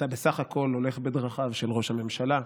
אתה בסך הכול הולך בדרכיו של ראש הממשלה,